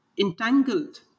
entangled